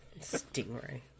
Stingray